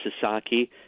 Sasaki